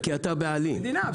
המדינה.